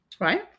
Right